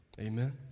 Amen